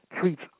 treats